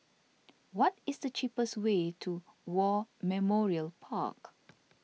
what is the cheapest way to War Memorial Park